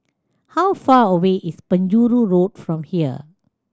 how far away is Penjuru Road from here